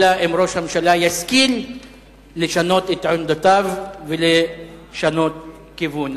אלא אם ראש הממשלה ישכיל לשנות את עמדותיו ולשנות כיוון.